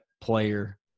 player